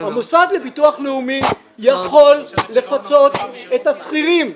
המוסד לביטוח לאומי יכול לפצות את השכירים.